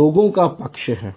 लोगों का पक्ष है